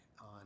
on